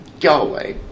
Yahweh